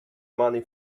money